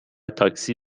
تاکسی